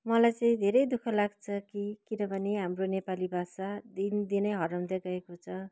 मलाई चाहिँ धेरै दु ख लाग्छ कि किनभने हाम्रो नेपाली भाषा दिनदिनै हराउँदै गएको छ